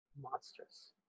monstrous